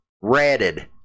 ratted